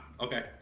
Okay